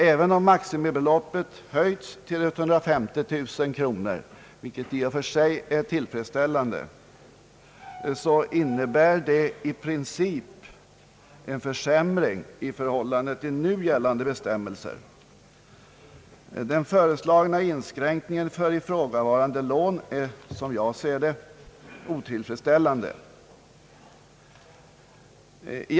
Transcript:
även om maximibeloppet höjs till 150 000 kronor — i och för sig tillfredsställande — innebär detta i princip en försämring i förhållande till nu gällande bestämmelser. Den föreslagna inskränkningen för ifrågavarande lån är enligt min uppfattning en otillfredsställande åtgärd.